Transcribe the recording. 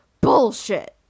bullshit